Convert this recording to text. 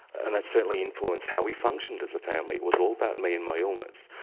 and it certainly influenced how we functioned as a family. it was all about me and my illness.